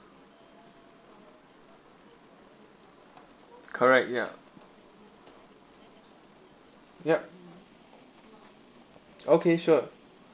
correct yeah yup okay sure